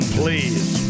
please